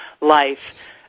life